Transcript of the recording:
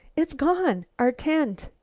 it's gone our tent!